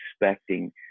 expecting